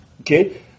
Okay